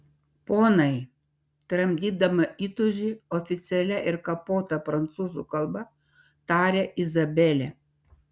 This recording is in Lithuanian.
ponai tramdydama įtūžį oficialia ir kapota prancūzų kalba tarė izabelė